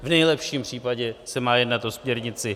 V nejlepším případě se má jednat o směrnici.